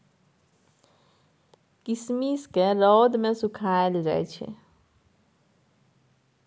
किशमिश केँ रौद मे सुखाएल जाई छै